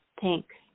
Thanks